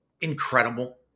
incredible